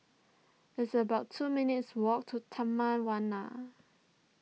it's about two minutes' walk to Taman Warna